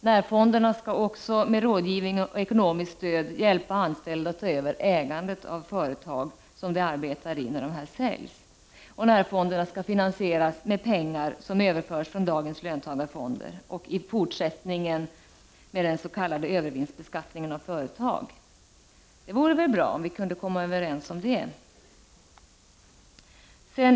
Närfonderna skall också med rådgivning och ekonomiskt stöd hjälpa anställda att ta över ägandet av företag som de arbetar i när företag säljs. Närfonderna skall finansieras med pengar som överförs från dagens löntagarfonder och i fortsättningen med den s.k. övervinstbeskattningen av företag. Det vore väl bra om vi kunde komma överens om det.